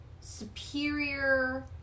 superior